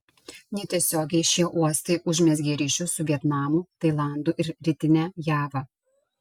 netiesiogiai šie uostai užmezgė ryšius su vietnamu tailandu ir rytine java